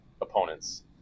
opponents